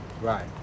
Right